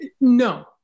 No